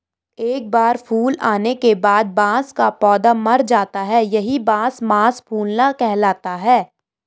एक बार फूल आने के बाद बांस का पौधा मर जाता है यही बांस मांस फूलना कहलाता है